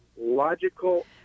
logical